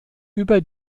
über